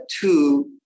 two